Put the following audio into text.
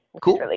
Cool